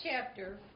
chapter